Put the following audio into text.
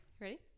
ready